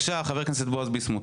בועז ביסמוט,